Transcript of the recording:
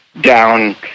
down